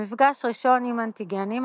במפגש ראשון עם אנטיגנים,